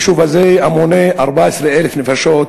היישוב הזה מונה 14,000 נפשות,